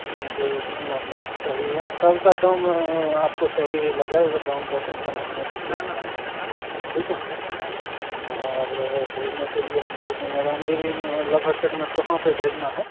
ठीक है शिमला मिर्च सही है सबका दाम आपको सही लग जाएगा दाम का टेंशन आप न लीजिए ठीक है और भेजने के लिए हम भेज देंगे रामगिरी में लभरचक में कहाँ पर भेजना है